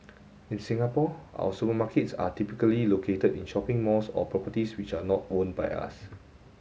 in Singapore our supermarkets are typically located in shopping malls or properties which are not own by us